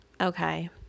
Okay